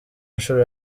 nshuro